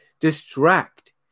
distract